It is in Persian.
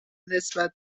نسبت